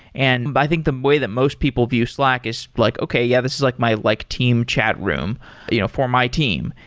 and i think the way that most people view slack is like, okay. yeah. this is like my like team chatroom you know for my team.